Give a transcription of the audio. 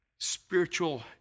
spiritual